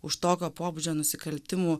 už tokio pobūdžio nusikaltimų